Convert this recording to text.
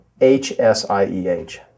H-S-I-E-H